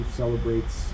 celebrates